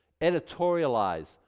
editorialize